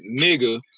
nigga